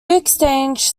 exchange